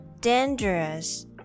dangerous